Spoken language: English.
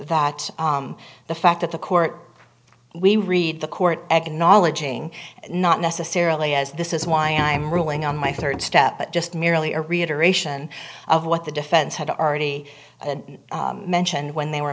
that the fact that the court we read the court acknowledging not necessarily as this is why i'm ruling on my rd step but just merely a reiteration of what the defense had already mentioned when they were